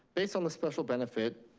based on the special benefit,